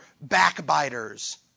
backbiters